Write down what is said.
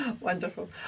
Wonderful